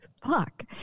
Fuck